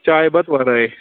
چایہِ بَتہٕ وَرٲے